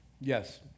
Yes